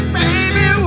baby